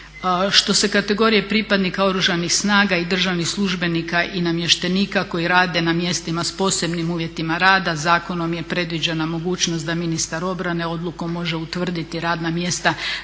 Što se kategorije pripadnika Oružanih snaga i državnih službenika i namještenika koji rade na mjestima s posebnim uvjetima rada zakonom je predviđena mogućnost da ministar obrane odlukom može utvrditi radna mjesta državnih